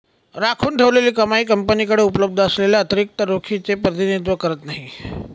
राखून ठेवलेली कमाई कंपनीकडे उपलब्ध असलेल्या अतिरिक्त रोखीचे प्रतिनिधित्व करत नाही